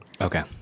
Okay